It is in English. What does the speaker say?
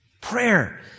Prayer